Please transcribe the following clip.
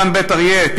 במחסום חיזמה,